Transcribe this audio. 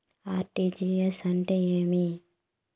RTGS అంటే ఏమి